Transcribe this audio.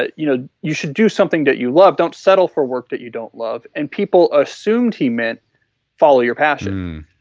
you know you should do something that you love, don't settle for work that you don't love and people assumed he meant follow your passion.